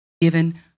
given